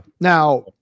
Now